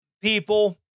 people